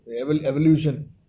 evolution